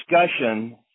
discussion